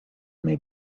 may